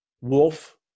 Wolf